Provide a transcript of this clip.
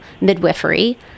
midwifery